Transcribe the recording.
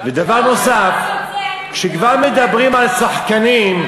אתה רק רוצה, כשכבר מדברים על שחקנים,